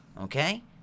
Okay